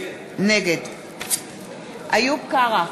נגד איוב קרא,